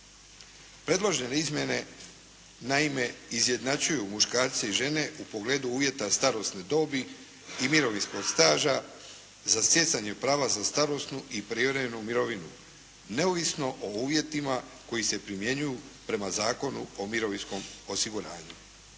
Predložene izmjene naime izjednačuju muškarce i žene u pogledu uvjeta starosne dobi i mirovinskog staža za stjecanje prava za starosnu i prijevremenu mirovinu neovisno o uvjetima koji se primjenjuju prema Zakonu o mirovinskom osiguranju.